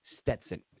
Stetson